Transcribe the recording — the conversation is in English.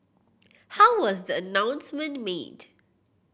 how was the announcement made